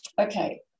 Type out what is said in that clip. okay